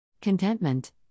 Contentment